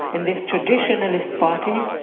in this traditionalist party,